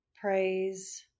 Praise